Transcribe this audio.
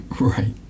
Right